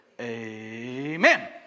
Amen